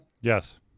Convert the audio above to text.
Yes